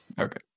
Okay